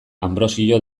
anbrosio